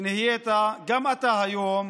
שנהיית גם אתה היום